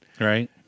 Right